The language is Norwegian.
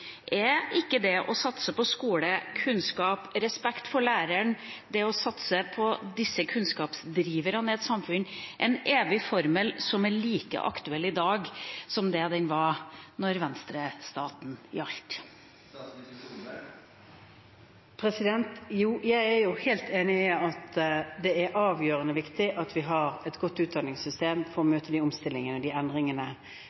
er: Er ikke det å satse på skole, kunnskap, respekt for læreren – det å satse på disse kunnskapsdriverne i et samfunn – en evig formel som er like aktuell i dag som det den var da Venstre-staten gjaldt? Jo, jeg er helt enig i at det er avgjørende viktig at vi har et godt utdanningssystem for å